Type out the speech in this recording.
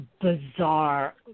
bizarre